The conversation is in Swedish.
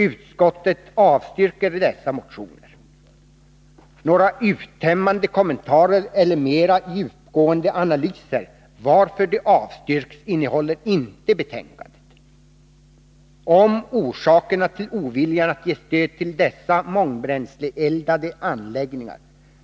Utskottet avstyrker dessa motioner. Några uttömmande kommentarer eller mera djupgående analyser varför de avstyrks innehåller inte betänkandet. Om orsakerna till oviljan att ge stöd till dessa mångbränsleeldade anläggningar